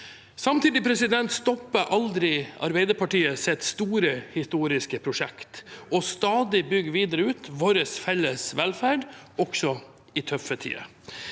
Samtidig stopper aldri Arbeiderpartiets store historiske prosjekt: å stadig bygge videre ut vår felles velferd, også i tøffe tider.